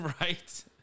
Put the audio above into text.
Right